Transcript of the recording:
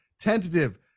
tentative